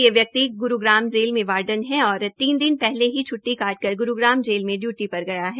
ये व्यक्ति गुरूग्राम जेल में वार्डन है और तीन दिन पहले ही छुटटी काट कर ग्रूग्राम जेल में डयूटी पर गया है